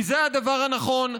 כי זה הדבר הנכון,